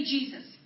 Jesus